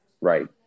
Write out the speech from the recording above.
right